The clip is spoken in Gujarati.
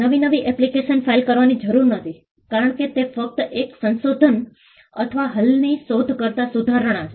નવી નવી એપ્લિકેશન ફાઇલ કરવાની જરૂર નથી કારણ કે તે ફક્ત એક સંશોધન અથવા હાલની શોધ કરતાં સુધારણા છે